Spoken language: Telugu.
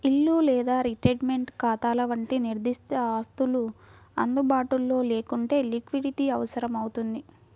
ఇల్లు లేదా రిటైర్మెంట్ ఖాతాల వంటి నిర్దిష్ట ఆస్తులు అందుబాటులో లేకుంటే లిక్విడిటీ అవసరమవుతుంది